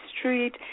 street